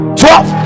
twelve